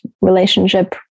relationship